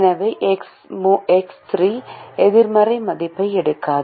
எனவே எக்ஸ் 3 எதிர்மறை மதிப்பை எடுக்காது